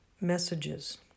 messages